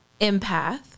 empath